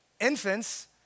infants